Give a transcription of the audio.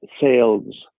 sales